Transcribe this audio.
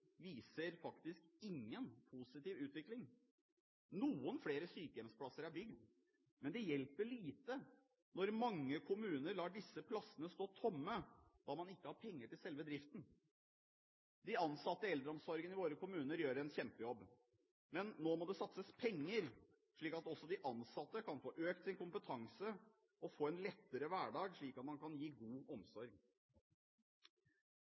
viser faktisk ingen positiv utvikling. Noen flere sykehjemsplasser er bygd, men det hjelper lite når mange kommuner lar disse plassene stå tomme da man ikke har penger til selve driften. De ansatte i eldreomsorgen i våre kommuner gjør en kjempejobb, men nå må det satses penger slik at også de ansatte kan få økt sin kompetanse og få en lettere hverdag, slik at man kan gi god